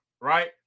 right